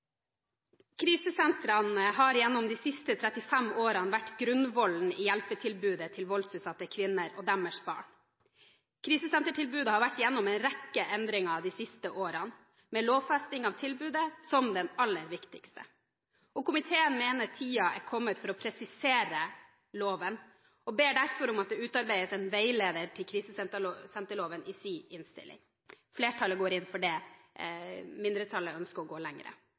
voldsutsatte kvinner og deres barn. Krisesentertilbudet har vært gjennom en rekke endringer de siste årene, med lovfesting av tilbudet som det aller viktigste. Komiteen mener at tiden er kommet for å presisere loven, og ber derfor i sin innstilling om at det utarbeides en veileder til krisesenterloven. Flertallet går inn for det, mindretallet ønsker å gå